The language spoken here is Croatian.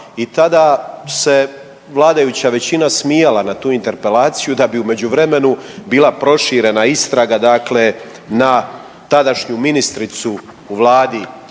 i tada se vladajuća većina smijala na tu interpelaciju da bi u međuvremenu bila proširena istraga dakle na tadašnju ministricu u vladi